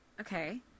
okay